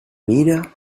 mira